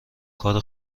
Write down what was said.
کار